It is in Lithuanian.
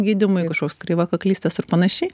gydymui kažkoks kreivakaklystės ar panašiai